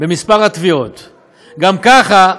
גם ככה,